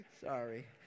sorry